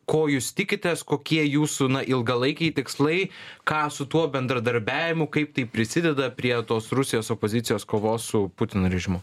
ko jūs tikitės kokie jūsų na ilgalaikiai tikslai ką su tuo bendradarbiavimu kaip tai prisideda prie tos rusijos opozicijos kovos su putino režimu